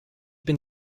bin